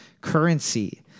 currency